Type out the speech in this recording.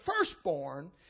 firstborn